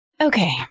Okay